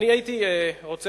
הייתי רוצה